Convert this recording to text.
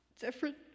different